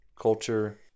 culture